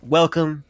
welcome